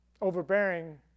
overbearing